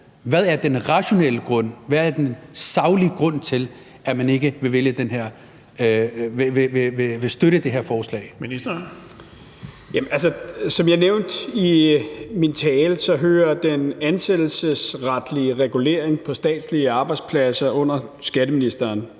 Ministeren for ligestilling (Peter Hummelgaard): Som jeg nævnte i min tale, hører den ansættelsesretlige regulering på statslige arbejdspladser under skatteministeren.